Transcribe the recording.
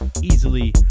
easily